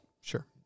sure